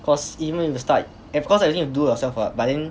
cause even if you start and because like you need to do yourself what but then